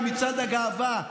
במצעד הגאווה,